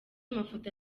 mafoto